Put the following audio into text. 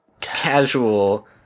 casual